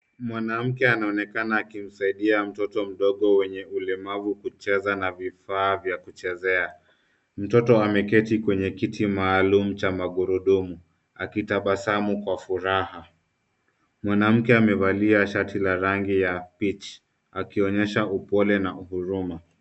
Mwanamke anaonekana akimsaidia mtoto mdogo mwenye ulemavu, kucheza na vifaa vya kuchezea. Mtoto ameketi kwenye kiti maalumu cha magurudumu, akitabasamu kwa furaha. Mwanamke amevalia shati la rangi ya peach , akionyesha upole na huruma.